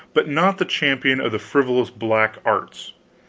but not the champion of the frivolous black arts,